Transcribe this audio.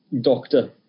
doctor